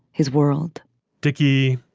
his world dickie,